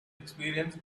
experience